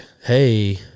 hey